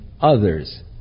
others